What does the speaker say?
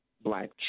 Black